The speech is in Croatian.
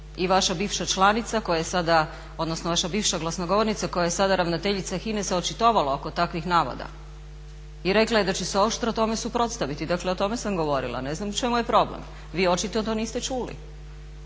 i vaša bivša članica koja je sada odnosno vaša bivša glasnogovornica koja je sada ravnateljica HINA-e se očitovala oko takvih navoda i rekla je da će se oštro tome suprotstaviti. Dakle, o tome sam govorila, ne znam u čemu je problem. Vi očito to niste čuli.